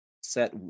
set